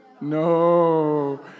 No